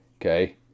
Okay